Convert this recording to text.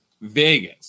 Vegas